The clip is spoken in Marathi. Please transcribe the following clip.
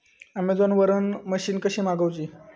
अमेझोन वरन मशीन कशी मागवची?